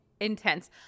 intense